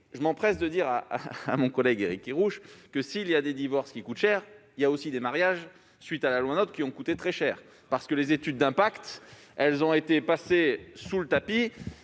Je m'empresse de dire à mon collègue Éric Kerrouche que, s'il y a des divorces qui coûtent cher, il y a aussi des mariages, à la suite de la loi NOTRe, qui ont coûté très cher, parce que les études d'impact ont été passées sous le tapis